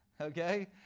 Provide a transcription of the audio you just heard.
Okay